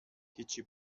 هیچی